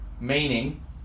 meaning